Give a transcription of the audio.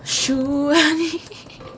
输